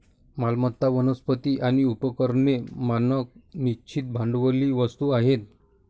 मालमत्ता, वनस्पती आणि उपकरणे मानक निश्चित भांडवली वस्तू आहेत